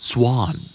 Swan